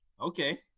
Okay